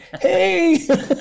Hey